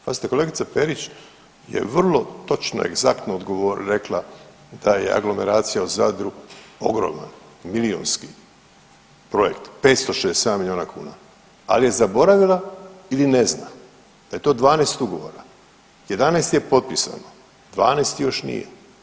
Pazite, kolegica Perić je vrlo točno i egzaktno rekla da je aglomeracija u Zadru ogromna, milijunski projekt 567 milijuna kuna, al je zaboravila ili ne zna da je to 12 ugovora, 11 je potpisano, 12. još nije.